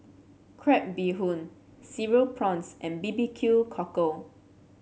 Crab Bee Hoon Cereal Prawns and B B Q Cockle